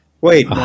wait